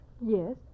Yes